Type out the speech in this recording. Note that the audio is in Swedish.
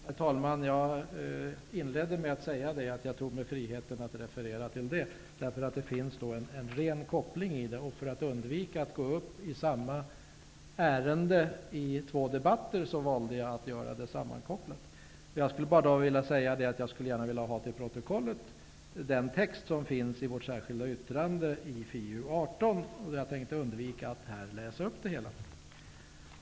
Herr talman! Jag inledde med att säga att jag tog mig friheten att referera till FiU18 därför att det finns en ren koppling. För att undvika att gå upp i samma ärende i två debatter valde jag att tala om betänkandena sammankopplat. Jag skulle bara vilja säga att jag gärna vill ha till protokollet antecknat att jag hänvisar till den text som finns i vårt särskilda yttrande i finansutskottets betänkande 18. Jag tänkte undvika att här läsa upp den.